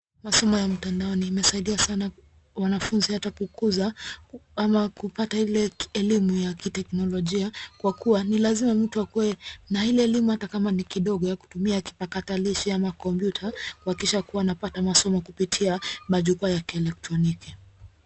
Masomo ya mtandaoni imesaidia sana wanafunzi hata kukuza ama kupata ile elimu ya kiteknolojia, kwa kuwa ni lazima mtu akue na ile elimu hata kama ni kidogo ya kutumia kipakatalishi ama kompyuta kuhakikisha kuwa ana pata masomo kupitia majukwaa ya kielektroniki.